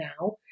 now